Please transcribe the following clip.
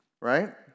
right